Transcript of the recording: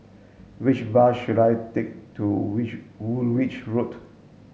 which bus should I take to which Woolwich Road